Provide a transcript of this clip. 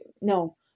no